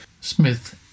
Smith